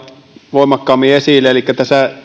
voimakkaammin esille elikkä